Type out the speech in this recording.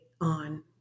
on